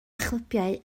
chlybiau